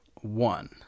one